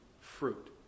fruit